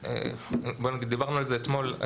דיברנו על זה אתמול.